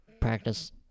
practice